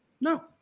No